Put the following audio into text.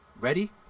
ready